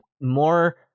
more